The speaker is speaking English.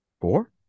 Four